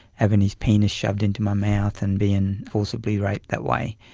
having his penis shoved into my mouth and being forcibly raped that way.